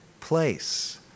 place